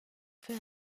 peu